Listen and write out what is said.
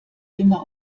immer